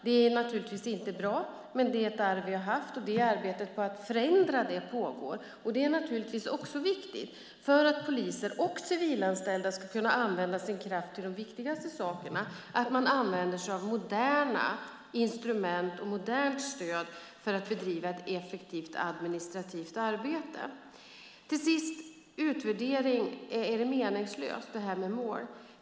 Det är naturligtvis inte bra, men det är ett arv vi har haft. Arbetet med att förändra detta pågår. Det är också viktigt för att poliser och civilanställda ska kunna använda sin kraft till de viktigaste sakerna att man använder sig av moderna instrument och modernt stöd för att bedriva ett effektivt administrativt arbete. Till sist: Är det här med utvärdering och mål meningslöst?